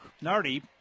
Nardi